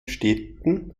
städten